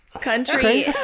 country